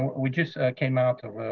which just came out of